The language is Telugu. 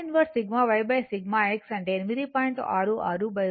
ఇది ఫేసర్ ర్రేఖాచిత్రం గీసాము అందుకే rms విలువ తీసుకోబడింది